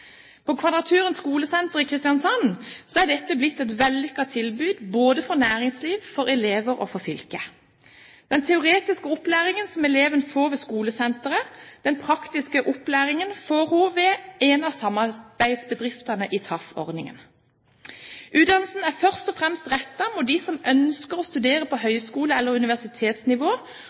På Kvadraturen skolesenter i Kristiansand er dette blitt et vellykket tilbud både for næringsliv, for elever og for fylket. Den teoretiske opplæringen får eleven ved skolesenteret, og den praktiske opplæringen får man ved en av samarbeidsbedriftene i TAF-ordningen. Utdannelsen er først og fremst rettet mot dem som ønsker å studere på høgskole- eller universitetsnivå,